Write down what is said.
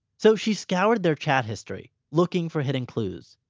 so she scoured their chat history, looking for hidden clues.